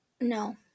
No